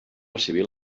civil